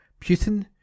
Putin